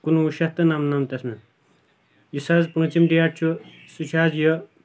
کُنہٕ وُہ شیٚتھ تہٕ نَمہٕ نَمَتھس منٛز یُس حظ پوٗژِم ڈیٹ چھُ سُہ چُھ حظ یہِ